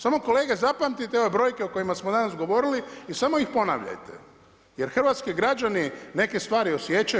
Samo kolege zapamtite ove brojke o kojima smo danas govorili i samo ih ponavljajte jer hrvatski građani neke stvari osjećaju.